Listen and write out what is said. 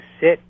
sit